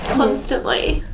constantly.